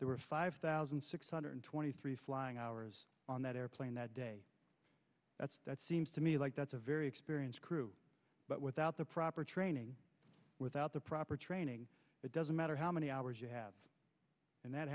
there were five thousand six hundred twenty three flying hours on that airplane that day that's that seems to me like that's a very experienced crew but without the proper training without the proper training it doesn't matter how many hours you have and that